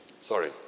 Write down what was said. Sorry